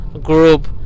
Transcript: group